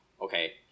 Okay